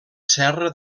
serra